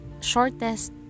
shortest